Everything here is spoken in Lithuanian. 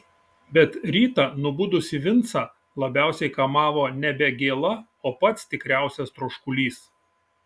bet rytą nubudusį vincą labiausiai kamavo nebe gėla o pats tikriausias troškulys